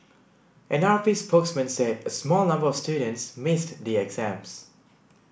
an R P spokesman said a small number of students missed the exams